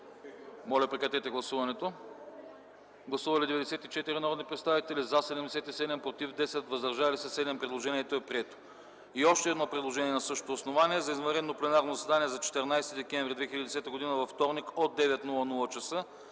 Моля, гласувайте. Гласували 94 народни представители: за 77, против 10, въздържали се 7. Предложението е прието. Има още едно предложение на същото основание: за извънредно пленарно заседание на 14 декември 2010 г., вторник, от 9,00 ч.